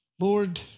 Lord